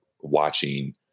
watching